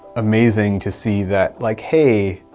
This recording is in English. amazing to see that like, hey,